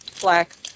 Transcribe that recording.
black